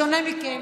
בשונה מכם,